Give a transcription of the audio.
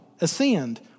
ascend